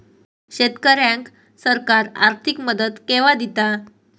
शेतकऱ्यांका सरकार आर्थिक मदत केवा दिता?